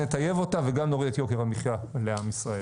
נטייב אותה וגם נוריד את יוקר המחייה לעם ישראל.